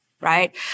right